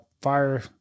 fire